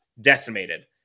decimated